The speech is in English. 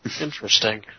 Interesting